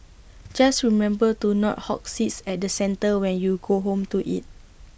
just remember to not hog seats at the centre when you go home to eat